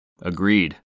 Agreed